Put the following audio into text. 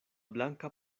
blanka